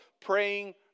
praying